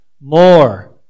more